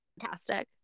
fantastic